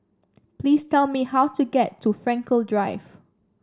please tell me how to get to Frankel Drive